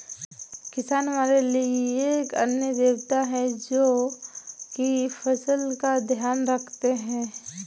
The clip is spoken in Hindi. किसान हमारे लिए अन्न देवता है, जो की फसल का ध्यान रखते है